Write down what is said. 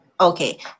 Okay